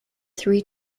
three